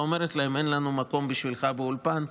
ואומרת להם: אין לנו מקום בשבילך באולפן,